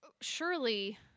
surely